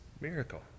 miracle